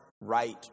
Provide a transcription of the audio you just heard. right